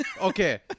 okay